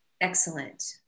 Excellent